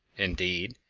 indeed,